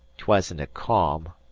twasn't a calm,